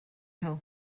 nhw